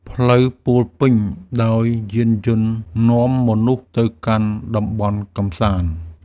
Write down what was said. ផ្លូវពោរពេញដោយយានយន្តនាំមនុស្សទៅកាន់តំបន់កម្សាន្ត។